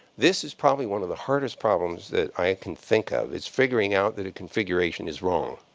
this is probably one of the hardest problems that i can think of. it's figuring out that a configuration is wrong.